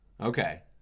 Okay